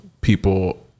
people